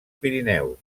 pirineus